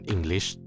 English